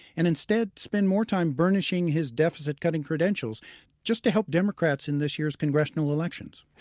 and instead, spend more time burnishing his deficit-cutting credentials just to help democrats in this year's congressional elections.